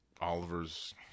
Oliver's